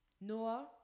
Noah